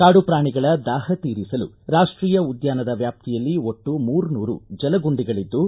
ಕಾಡು ಪ್ರಾಣಿಗಳ ದಾಹ ತೀರಿಸಲು ರಾಷ್ಟೀಯ ಉದ್ಧಾನದ ವ್ಯಾಪ್ತಿಯಲ್ಲಿ ಒಟ್ಟು ಮೂರು ನೂರು ಜಲ ಗುಂಡಿಗಳಿದ್ದು